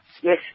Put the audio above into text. Yes